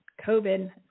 COVID